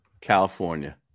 California